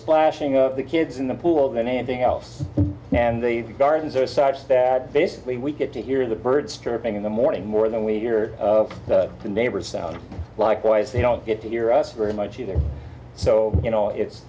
splashing of the kids in the pool than anything else and the gardens are such that basically we get to hear the birds chirping in the morning more than we hear the neighbors sound likewise they don't get to hear us very much either so you know it's